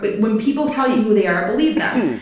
but when people tell you who they are, believe them.